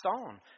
on